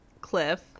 Cliff